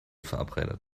verabredet